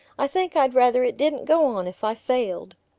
i think i'd rather it didn't go on if i failed!